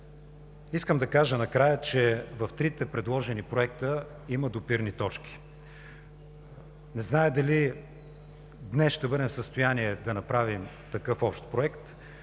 Искам да кажа накрая, че в трите предложени проекта има допирни точки. Не зная дали днес ще бъдем в състояние да направим такъв общ проект,